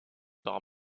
par